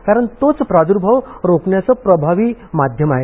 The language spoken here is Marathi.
कारण तोच प्रादूर्भाव रोखण्याचं प्रभावी माध्यम आहे